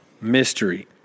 mystery